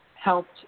helped